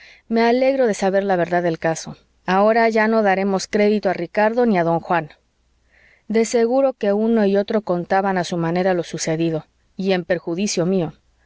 me alegro de saber la verdad del caso ahora ya no daremos crédito a ricardo ni a don juan de seguro que uno y otro contaban a su manera lo sucedido y en perjuicio mío